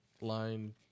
line